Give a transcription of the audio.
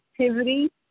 activity